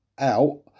out